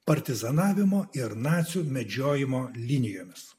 partizanavimo ir nacių medžiojimo linijomis